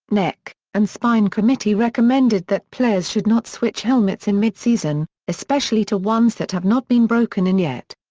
neck, and spine committee recommended that players should not switch helmets in mid-season, especially to ones that have not been broken in yet.